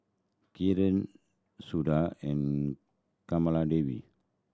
Kiran Suda and Kamaladevi